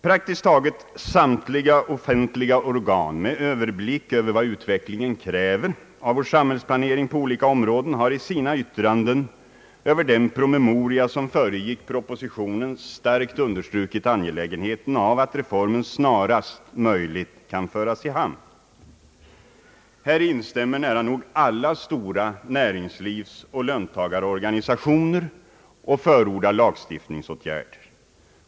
Praktiskt taget samtliga offentliga organ med överblick över vad utvecklingen kräver av vår samhällsplanering på olika områden har i sina yttranden över den promemoria som föregick propositionen starkt understrukit angelägenheten av att reformen snarast möjligt kan föras i hamn. Häri instämmer nära nog alla stora näringslivsoch löntagarorganisationer och förordar lagstiftning.